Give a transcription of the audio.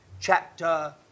chapter